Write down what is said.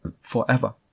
forever